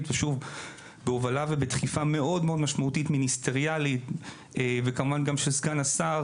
בהובלה ובדחיפה מאוד משמעותית של סגן השר והשר